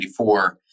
1994